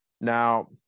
Now